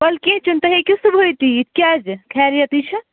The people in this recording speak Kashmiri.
وَلہٕ کیٚنہہ چھُنہٕ تُہۍ ہیِکِو صبُحٲے تہِ یِتھ کیٛازِ خیریَتٕے چھا